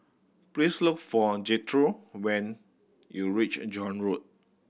please look for Jethro when you reach John Road